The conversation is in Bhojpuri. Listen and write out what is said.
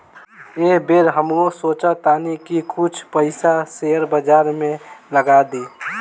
एह बेर हमहू सोचऽ तानी की कुछ पइसा शेयर बाजार में लगा दी